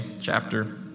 chapter